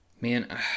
man